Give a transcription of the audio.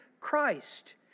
Christ